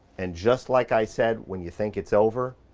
and just like i said, when you think it's over,